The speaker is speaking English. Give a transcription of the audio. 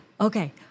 okay